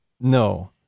No